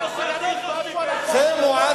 ברכה,